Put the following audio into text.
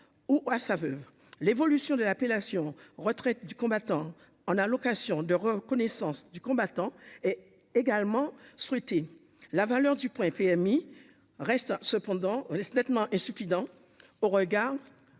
l'évolution de l'appellation retraite du combattant en allocation de reconnaissance du combattant et également scruter la valeur du point PMI reste cependant nettement insuffisant au regard au regard